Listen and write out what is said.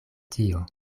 tio